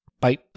Bye